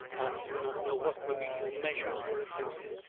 i do not know what remedial measures were attempted.